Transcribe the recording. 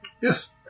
Yes